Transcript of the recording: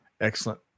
Excellent